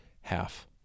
half